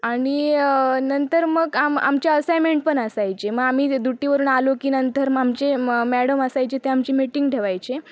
आणि नंतर मग आम आमच्या असाइमेंट पण असायचे म आम्ही ते ड्युटीवरून आलो की नंतर मग आमचे मग मॅडम असायचे त्या आमची मिटींग ठेवायचे